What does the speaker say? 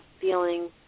feeling